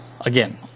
again